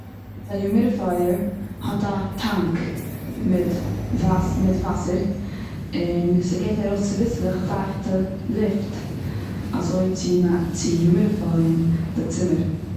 א יומידיפייער האט א טאנק מיט וואסער, און ס'גיבט ארויס צוביסלעך פייכטע ליפט אזוי צו יומידיפייען די צימער.